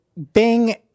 Bing